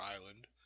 island